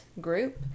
group